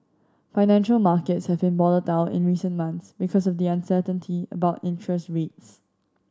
financial markets have been volatile in recent months because of the uncertainty about interest rates